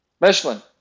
Michelin